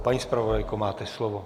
Paní zpravodajko, máte slovo.